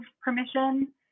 permission